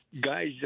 guys